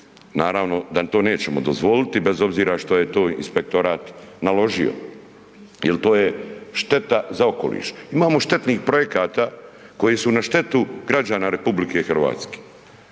naravno da to nećemo dozvoliti bez obzira što je to inspektorat naložio jer to je šteta za okoliš. Imamo štetnih projekata koji su na štetu građana RH. Mi moramo